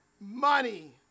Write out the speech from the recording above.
money